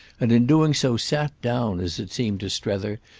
and in doing so sat down, as it seemed to strether,